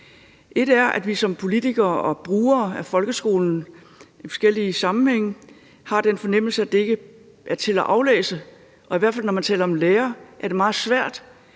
– selv om vi som politikere og brugere af folkeskolen i forskellige sammenhænge har den fornemmelse, at det ikke er til at aflæse. Og i hvert fald er det sådan, når man taler om lærere, at det er meget svært